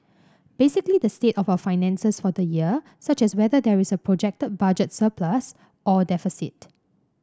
basically the state of our finances for the year such as whether there is a projected budget surplus or deficit